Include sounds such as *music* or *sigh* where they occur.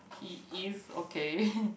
he is okay *laughs*